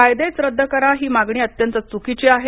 कायदेच रद्द करा ही मागणी अत्यंत चुकीची आहे